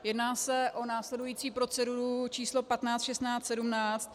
Jedná se o následující proceduru č. 15, 16, 17.